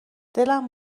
دلم